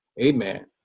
amen